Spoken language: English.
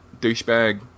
douchebag